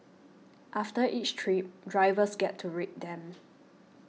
after each trip drivers get to rate them